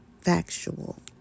factual